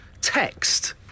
text